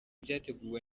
byateguwe